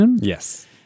Yes